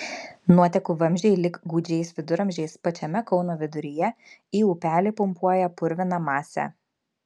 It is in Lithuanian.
nuotekų vamzdžiai lyg gūdžiais viduramžiais pačiame kauno viduryje į upelį pumpuoja purviną masę